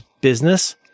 business